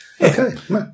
Okay